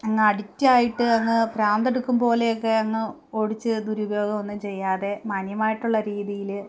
അങ്ങ് അഡിക്റ്റായിട്ട് അങ്ങ് ഭ്രാന്ത് എടുക്കും പോലെയൊക്കെ അങ് ഓടിച്ച് ദുരുപയോഗം ഒന്നും ചെയ്യാതെ മാന്യമായിട്ടുള്ള രീതിയിൽ